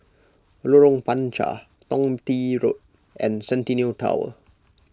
Lorong Panchar Thong Bee Road and Centennial Tower